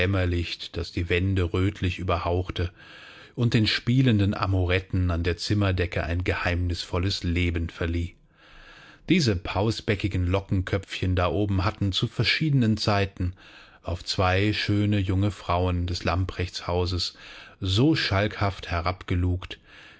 das die wände rötlich überhauchte und den spielenden amoretten an der zimmerdecke ein geheimnisvolles leben verlieh diese pausbäckigen lockenköpfchen da oben hatten zu verschiedenen zeiten auf zwei schöne junge frauen des lamprechtshauses so schalkhaft